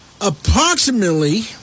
approximately